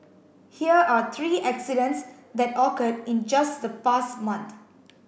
here are three accidents that occurred in just the past month